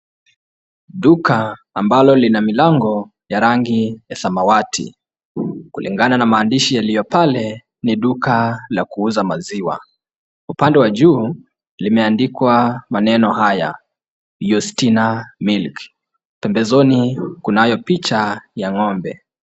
Duka ambalo lina milango ya rangi ya samawati. Kulingana na maandishi yaliyo pale, ni duka la kuuza maziwa. Upande wa juu limeandikwa maneno haya Yustina Milk. Pembezoni kunayo picha ya ng'ombe.